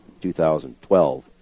2012